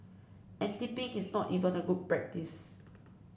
and tipping is not even a good practice